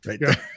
right